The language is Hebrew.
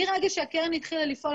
מהרגע שהקרן התחילה לפעול,